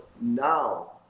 now